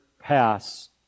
pass